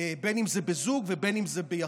בין שזה בזוג ובין שזה ביחיד.